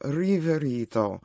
riverito